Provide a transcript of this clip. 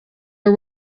her